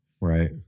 Right